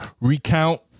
recount